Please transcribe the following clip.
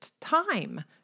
time